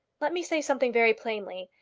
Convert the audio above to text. let me say something very plainly.